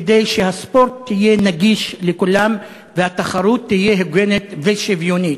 כדי שהספורט יהיה נגיש לכולם והתחרות תהיה הוגנת ושוויונית.